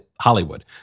Hollywood